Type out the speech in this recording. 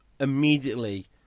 immediately